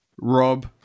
Rob